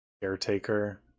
Caretaker